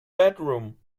bedroom